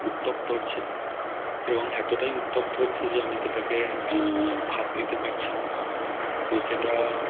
উত্তপ্ত হচ্ছে এবং এতটাই উত্তপ্ত হচ্ছে যে আমি সেটাকে হাত দিতে পারছি না তো সেটা